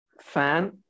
fan